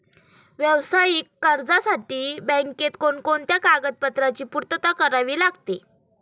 व्यावसायिक कर्जासाठी बँकेत कोणकोणत्या कागदपत्रांची पूर्तता करावी लागते?